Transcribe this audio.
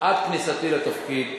עד כניסתי לתפקיד.